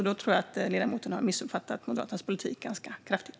Där tror jag att ledamoten har missuppfattat Moderaternas politik ganska kraftigt.